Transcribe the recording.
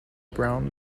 brown